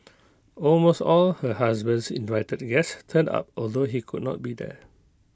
almost all her husband's invited guests turned up although he could not be there